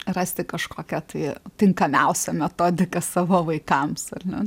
rasti kažkokią tai tinkamiausią metodiką savo vaikams ar ne